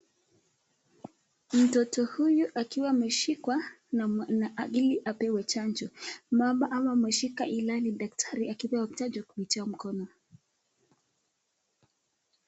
Mtoto huyu akiwa ameshikwa ili apewe chanjo, mama ameshika ila ni daktari ,akipewa chanjo kupitia mkono.